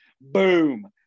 boom